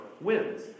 wins